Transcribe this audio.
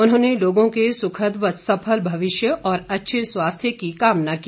उन्होंने लोगों के सुखद व सफल भविष्य और अच्छे स्वास्थ्य की कामना की